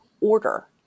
order